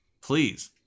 Please